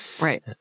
Right